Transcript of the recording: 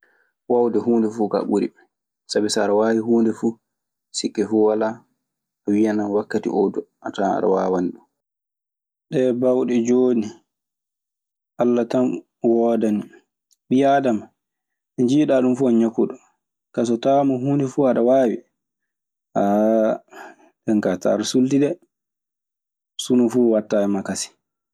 Waawude huunde fuu kaa ɓuri sabi so aɗe waawi huunde fuu. sikke fuu walaa wiyanan wakkati oo du a tawan aɗe waawani ɗun. Ɗee baawɗe jooni, Alla tan woodani. Ɓii aadama nde njiiɗaa fuu o ñokuɗo. Kaa, so tawaama huunde fuu aɗa waawi. nden kaa tawan aɗe suulti de. Sunu fuu waɗtaa e maa kasen.